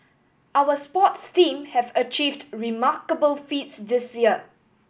our sports team have achieved remarkable feats this year